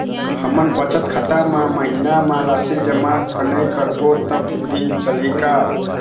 हमन बचत खाता मा महीना मा राशि जमा नई करबो तब भी चलही का?